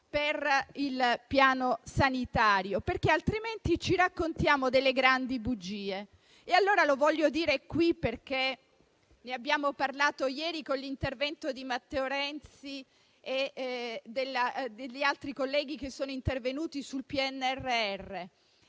per il Piano sanitario, perché altrimenti ci raccontiamo delle grandi bugie. Allora lo voglio dire qui, perché ne abbiamo parlato anche ieri, con l'intervento di Matteo Renzi e di altri colleghi in sede di esame del decreto sul PNRR,